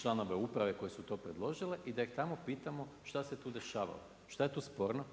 članove uprave koji su to predložile i da ih tamo pitamo šta se tu dešavalo. Šta je tu sporno?